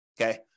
Okay